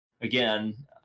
again